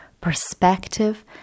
perspective